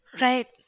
Right